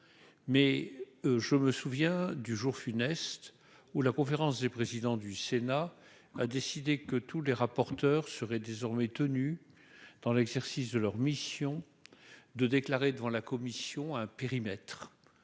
mais je me souviens du jour funeste où la conférence des présidents du Sénat a décidé que tous les rapporteurs seraient désormais tenus dans l'exercice de leur mission de déclarer devant la commission un périmètre